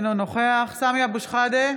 אינו נוכח סמי אבו שחאדה,